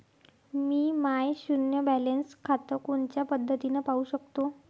मी माय शुन्य बॅलन्स खातं कोनच्या पद्धतीनं पाहू शकतो?